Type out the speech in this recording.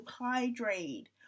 hydrate